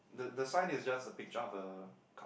the the sign is just the picture of a cup